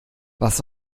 was